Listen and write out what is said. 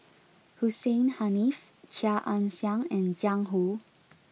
Hussein Haniff Chia Ann Siang and Jiang Hu